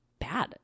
bad